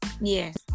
Yes